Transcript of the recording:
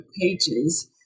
pages